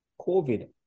COVID